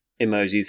emojis